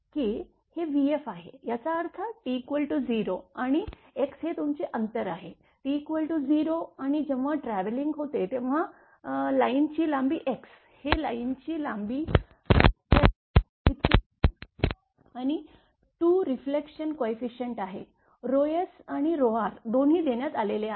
की हे vf आहे याचा अर्थ T 0 आणि x हे तुमचे अंतर आहे T 0आणि जेव्हा ट्रॅव्हलिंग होते तेव्हा लाईनची लांबी x हे लाईन ची लांबी l एल इतकी आहे आणि 2 रिफ्लेक्शन कोयफिसियंट आहे sआणि r दोन्ही देण्यात आले आहेत